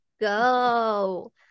go